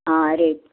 हां रेट